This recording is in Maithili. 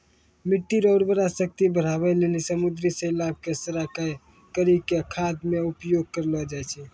मिट्टी रो उर्वरा शक्ति बढ़ाए लेली समुन्द्री शैलाव के सड़ाय करी के खाद मे उपयोग करलो जाय छै